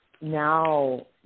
Now